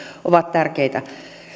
ovat tärkeitä